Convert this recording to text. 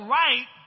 right